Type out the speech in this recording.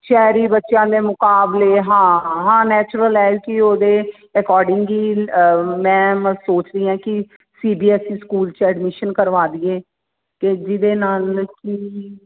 ਸ਼ਹਿਰੀ ਬੱਚਿਆਂ ਦੇ ਮੁਕਾਬਲੇ ਹਾਂ ਹਾਂ ਨੈਚੁਰਲ ਐਲਕੀ ਉਹਦੇ ਅਕੋਰਡਿੰਗਲੀ ਮੈਮ ਸੋਚਦੀ ਹਾਂ ਕਿ C B S E school 'ਚ ਐਡਮਿਸ਼ਨ ਕਰਵਾ ਦਈਏ ਕਿ ਜਿਹਦੇ ਨਾਲ ਕਿ